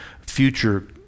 future